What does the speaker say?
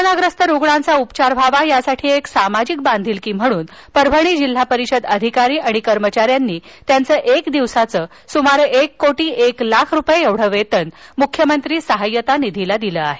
कोरोनाग्रस्त रुग्णांचा उपचार व्हावा यासाठी एक सामाजिक बांधिलकी म्हणून परभणी जिल्हा परिषद अधिकारी आणि कर्मचारी यांनी त्यांचं एक दिवसाचं सुमारे एक कोटी एक लाख रुपये एवढं वेतन मुख्यमंत्री सहाय्यता निधीला दिलं आहे